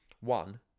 One